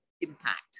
impact